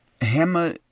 Hammer